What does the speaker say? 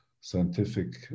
scientific